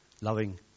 loving